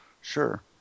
sure